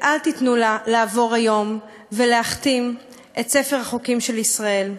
ואל תיתנו לה לעבור היום ולהכתים את ספר החוקים של ישראל.